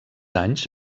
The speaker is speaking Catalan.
anys